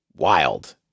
wild